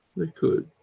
they could,